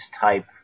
type